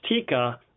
Tika